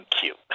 cute